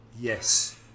Yes